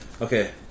Okay